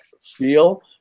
feel